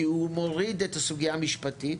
כי הוא מוריד את הסוגייה המשפטית,